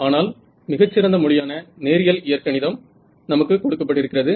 ஆனால் மிகச்சிறந்த மொழியான நேரியல் இயற்கணிதம் நமக்கு கொடுக்கப்பட்டிருக்கிறது